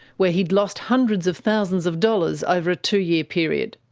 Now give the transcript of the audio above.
where he'd lost hundreds of thousands of dollars over a two-year period.